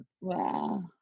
Wow